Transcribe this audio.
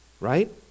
right